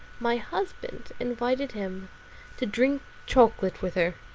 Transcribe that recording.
my husband, invited him to drink chocolate with her.